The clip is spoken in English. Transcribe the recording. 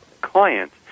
clients